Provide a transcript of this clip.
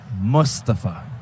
Mustafa